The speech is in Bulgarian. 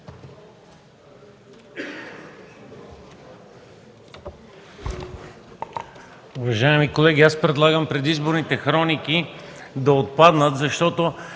Уважаеми колеги, аз предлагам предизборните хроники да отпаднат, защото